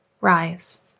rise